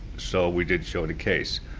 so we did show the case.